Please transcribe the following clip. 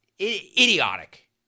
Idiotic